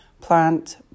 plant